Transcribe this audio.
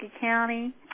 County